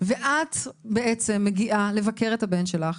ואת בעצם מגיעה לבקר את הבן שלך,